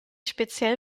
speziell